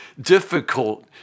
difficult